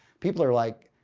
people are like,